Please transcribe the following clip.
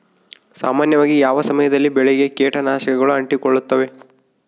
ಸಾಮಾನ್ಯವಾಗಿ ಯಾವ ಸಮಯದಲ್ಲಿ ಬೆಳೆಗೆ ಕೇಟನಾಶಕಗಳು ಅಂಟಿಕೊಳ್ಳುತ್ತವೆ?